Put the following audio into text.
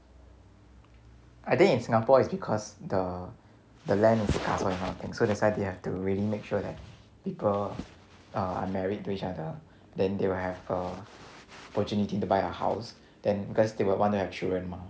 I think in singapore is because the the land is scarce kind of thing and so that's why they have to really make sure that people are married to each other then they will have a opportunity to the buy a house than because they would want to have children mah